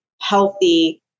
healthy